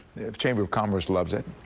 the chamber of commerce loves it.